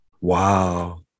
Wow